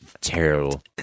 terrible